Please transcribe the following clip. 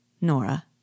Nora